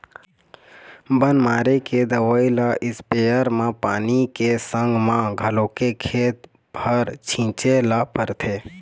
बन मारे के दवई ल इस्पेयर म पानी के संग म घोलके खेत भर छिंचे ल परथे